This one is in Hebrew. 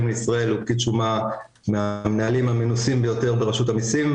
לישראל הוא פקיד שומה מהמנהלים המנוסים ביותר ברשות המסים.